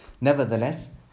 nevertheless